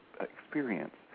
experience